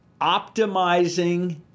optimizing